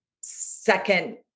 second